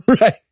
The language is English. Right